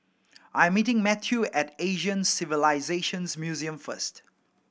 I am meeting Matthew at Asian Civilisations Museum first